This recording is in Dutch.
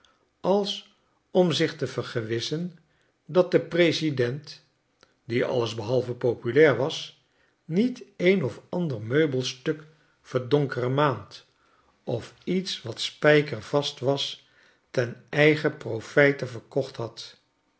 als om zich te vergewissen dat de president die alles behalve populair was niet een of ander meubelstuk verdonkeremaand of iets wat spijkervast was ten eigen profijte verkochthad nadat